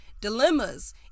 dilemmas